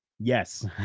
Yes